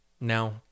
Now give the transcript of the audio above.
Now